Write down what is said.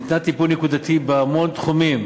ניתן טיפול נקודתי בהמון תחומים,